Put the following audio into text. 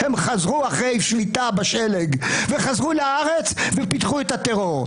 הם חזרו אחרי שביתה בשלג וחזרו לארץ ופיתחו את הטרור.